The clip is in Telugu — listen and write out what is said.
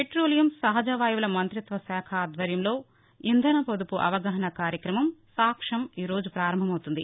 పెట్రోలియం సహజవాయువుల మంఁతిత్వ శాఖ ఆధ్వర్యంలో ఇంధన పొదుపు అవగాహన కార్యక్రమం సాక్షం ఈ రోజు ప్రారంభమవుతుంది